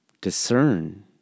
discern